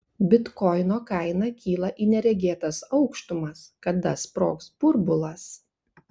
bitkoino kaina kyla į neregėtas aukštumas kada sprogs burbulas